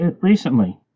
recently